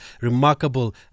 remarkable